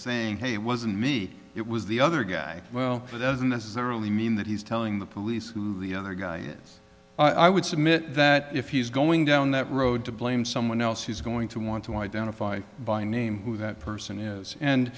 saying hey it wasn't me it was the other guy well doesn't necessarily mean that he's telling the police who the other guy is i would submit that if he's going down that road to blame someone else he's going to want to identify by name who that person is and